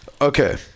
Okay